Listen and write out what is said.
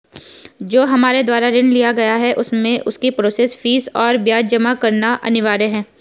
जो हमारे द्वारा ऋण लिया गया है उसमें उसकी प्रोसेस फीस और ब्याज जमा करना अनिवार्य है?